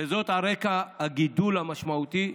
וזאת על רקע הגידול המשמעותי,